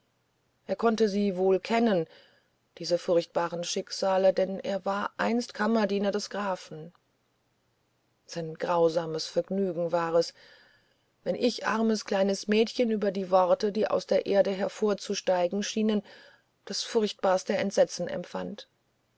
er konnte sie wohl kennen diese furchtbaren schicksale denn er war einst kammerdiener des grafen sein grausames vergnügen war es wenn ich armes kleines mädchen über die worte die aus der erde hervorzusteigen schienen das furchtbarste entsetzen empfand